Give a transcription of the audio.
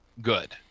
good